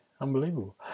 unbelievable